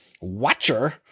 watcher